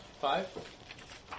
Five